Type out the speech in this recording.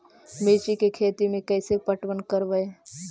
मिर्ची के खेति में कैसे पटवन करवय?